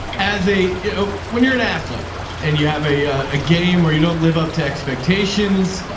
as a, you know, when you're an athlete and you have a, a game or you don't live up to expectations,